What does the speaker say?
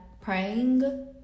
praying